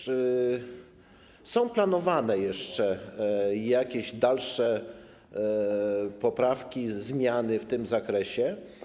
Czy są planowane jeszcze jakieś dalsze poprawki, zmiany w tym zakresie?